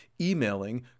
emailing